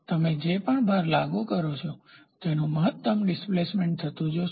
તમે જે પણ ભાર લાગુ કરો તેનું મહત્તમ ડિસ્પ્લેસમેન્ટ થતું જોશો